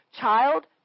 Child